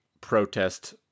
protest